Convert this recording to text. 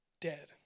Dead